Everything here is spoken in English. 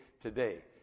today